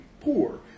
poor